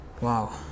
Wow